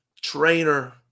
trainer